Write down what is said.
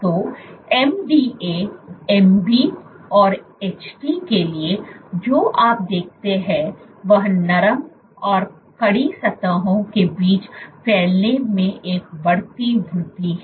तो MDA MB और HT के लिए जो आप देखते हैं वह नरम और कड़ी सतहों के बीच फैलने में एक बडती वृद्धि है